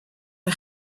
for